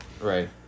right